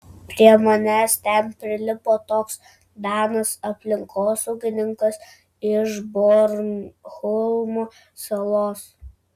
prie manęs ten prilipo toks danas aplinkosaugininkas iš bornholmo salos